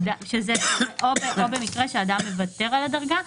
או במקרה שאדם מוותר על הדרגה.